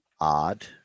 odd